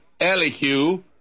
Elihu